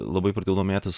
labai pradėjau domėtis